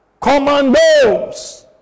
commandos